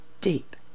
Deep